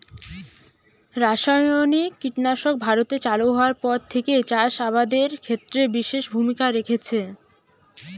রাসায়নিক কীটনাশক ভারতে চালু হওয়ার পর থেকেই চাষ আবাদের ক্ষেত্রে বিশেষ ভূমিকা রেখেছে